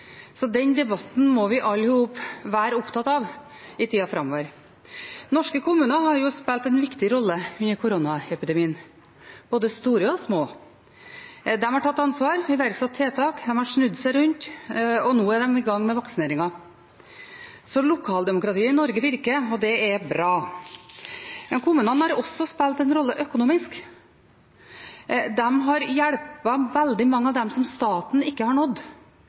Den debatten må vi alle sammen være opptatt av i tida framover. Norske kommuner har spilt en viktig rolle i koronaepidemien, både store og små. De har tatt ansvar, de har iverksatt tiltak, de har snudd seg rundt, og nå er de i gang med vaksineringen. Lokaldemokratiet i Norge virker, og det er bra. Men kommunene har også spilt en rolle økonomisk. De har hjulpet veldig mange av dem som staten ikke har nådd,